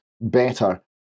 better